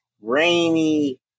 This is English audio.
rainy